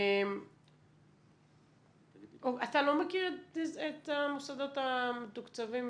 אתה לא מכיר את המוסדות המתוקצבים